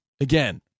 again